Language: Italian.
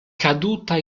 caduta